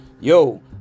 yo